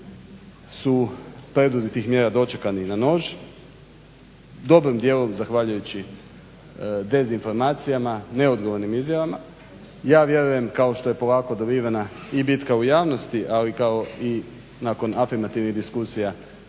se./… mjera dočekani na nož, dobrim dijelom zahvaljujući dezinformacijama, neodgovornim izjavama. Ja vjerujem kao što je …/Ne razumije se./… dobivena i bitka u javnosti, ali kao i nakon afirmativnih diskusija